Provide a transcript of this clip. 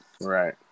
right